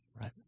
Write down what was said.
right